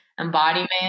embodiment